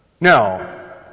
Now